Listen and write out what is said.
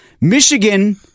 Michigan